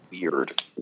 Weird